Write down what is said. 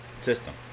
system